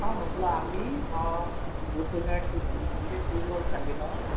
हा म्हटलं आम्ही बुद्धगया टू म्हणजे टूरवर चाललेलो आहो